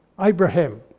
Abraham